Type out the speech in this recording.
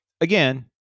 again